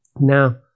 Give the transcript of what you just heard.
Now